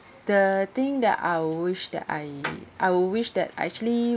the thing that I wish that I I wish that I actually